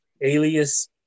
Alias